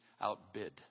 outbid